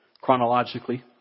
chronologically